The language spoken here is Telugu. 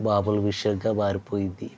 మామూలు విషయంగా మారిపోయింది